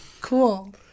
Cool